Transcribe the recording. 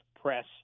press